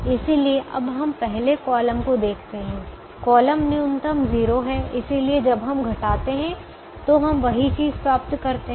इसलिए अब हम पहले कॉलम को देखते हैं कॉलम न्यूनतम 0 है इसलिए जब हम घटाते हैं तो हम वही चीज़ प्राप्त करते हैं